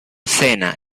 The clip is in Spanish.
sena